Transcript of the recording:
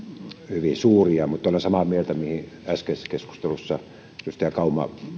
hyvin suuria mutta olen samaa mieltä siitä mihin äskeisessä keskustelussa edustaja kauma